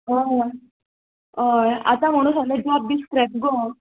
हय हय आतां म्हणू सगले जॉब बी स्क्रॅप गो